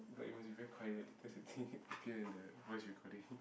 but you must be very quiet later the thing appear in the voice recording